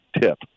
tip